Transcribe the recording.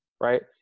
right